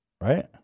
Right